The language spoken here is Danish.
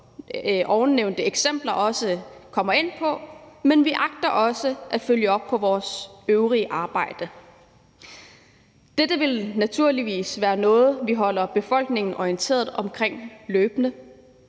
de ovennævnte eksempler, men vi agter også at følge op på vores øvrige arbejde. Dette vil naturligvis være noget, vi holder befolkningen orienteret om løbende.